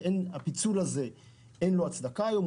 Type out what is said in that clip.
שאין לפיצול הזה הצדקה היום.